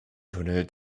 tunnel